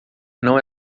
não